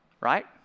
Right